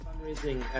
Fundraising